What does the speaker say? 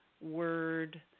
word